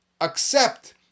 accept